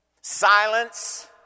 Silence